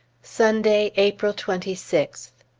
sunday, april twenty sixth.